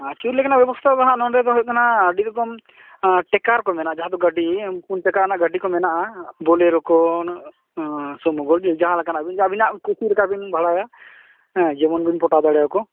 ᱟᱹᱪᱩᱨ ᱞᱮᱠᱟᱱᱟᱜ ᱵᱮᱵᱚᱥᱛᱟ ᱫᱚ ᱦᱟᱜ ᱱᱚᱸᱰᱮ ᱫᱚ ᱦᱩᱭᱩᱜ ᱠᱟᱱᱟ ᱟᱹᱰᱤ ᱨᱚᱠᱚᱢ ᱴᱮᱠᱟᱨ ᱠᱚ ᱢᱮᱱᱟᱜᱼᱟ ᱡᱟᱦᱟᱸ ᱫᱚ ᱜᱟᱹᱰᱤ ᱯᱩᱱ ᱪᱟᱠᱟ ᱟᱱᱟᱜ ᱜᱟᱹᱰᱤ ᱠᱚ ᱢᱮᱱᱟᱜᱼᱟ ᱵᱳᱞᱮᱨᱳ ᱠᱚ ᱥᱚᱢᱳ ᱜᱳᱞᱰ ᱡᱟᱦᱟᱸ ᱞᱮᱠᱟᱱᱟᱜ ᱟᱹᱵᱤᱱᱟᱜ ᱠᱩᱥᱤ ᱞᱮᱠᱟᱵᱮᱱ ᱵᱷᱟᱲᱟᱭᱟ ᱡᱮᱢᱚᱱ ᱵᱮᱱ ᱯᱚᱴᱟᱣ ᱫᱟᱲᱮ ᱟᱠᱚ